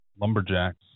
lumberjacks